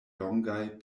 longaj